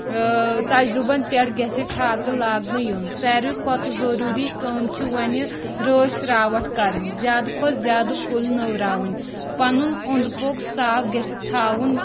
تجرُبن پیٹھ گژھِ ٹھاکہٕ لأگنہٕ یُن ساروے کھۄتہٕ ضروٗری کٲم چھ وَنہِ رٲچھ راوٹھ کَرٕنۍ زِیادٕ کھۄتہٕ زِیادٕ کُلۍ نٔوراوٕنۍ پَنُن اوٚند پوٚکھ صاف گژھِ تھاوُن